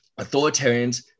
authoritarians